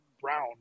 brown